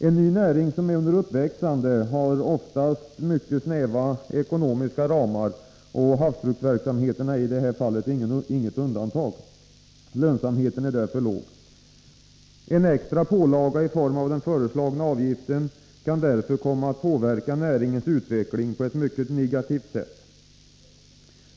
En ny näring som är under uppväxande har oftast mycket snäva ekonomiska ramar, och havsbruksverksamheterna är inget undantag. Lönsamheten är därför låg. En extra pålaga i form av den föreslagna avgiften kan därför komma att påverka näringens utveckling på ett mycket negativt sätt.